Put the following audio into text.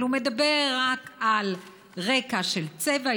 אבל הוא מדבר רק על רקע של צבע,